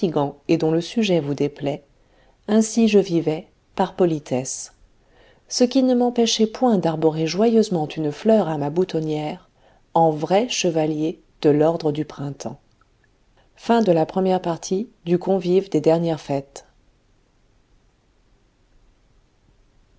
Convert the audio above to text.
et dont le sujet vous déplaît ainsi je vivais par politesse ce qui ne m'empêchait point d'arborer joyeusement une fleur à ma boutonnière en vrai chevalier de l'ordre du printemps